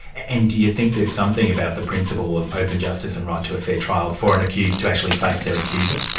and do you think there's something about the principle of open justice and right to a fair trial for an accused to actually face their accuser?